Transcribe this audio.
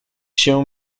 się